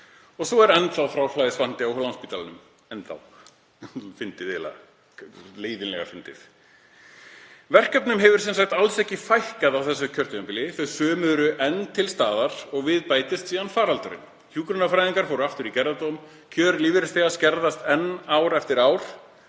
Svo er enn þá fráflæðisvandi á Landspítalanum, eiginlega dálítið fyndið, leiðinlega fyndið. Verkefnum hefur sem sagt alls ekki fækkað á þessu kjörtímabili. Þau sömu eru enn til staðar og við bætist síðan faraldurinn. Hjúkrunarfræðingar fóru aftur í gerðardóm. Kjör lífeyrisþega skerðast enn ár eftir ár.